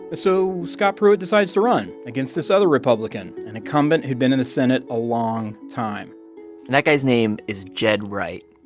ah so scott pruitt decides to run against this other republican, an incumbent who had been in the senate a long time and that guy's name is ged wright.